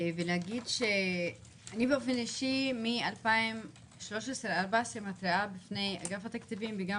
אני באופן אישי מ-2013 2014 מתריעה בפני אגף התקציבים וגם